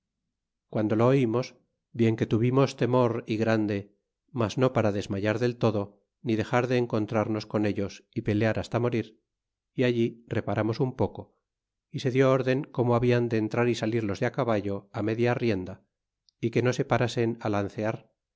castillo anos bien que tuvimos temor é grande mas no para desmayar del todo ni dexar de encontrarnos con ellos y pelear hasta morir y allí reparamos un poco y se dió rden cómo habían de entrar y salir los de á caballo á media rienda y que no se